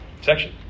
section